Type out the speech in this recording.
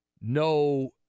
no